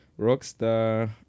Rockstar